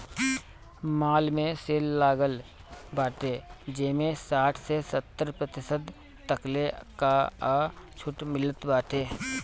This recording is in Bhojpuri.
माल में सेल लागल बाटे जेमें साठ से सत्तर प्रतिशत तकले कअ छुट मिलत बाटे